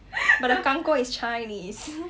but the kang kong is chinese